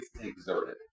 exerted